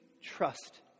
trust